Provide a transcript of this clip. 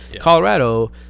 Colorado